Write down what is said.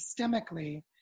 systemically